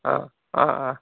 অ' অ' অ'